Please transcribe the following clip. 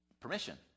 permission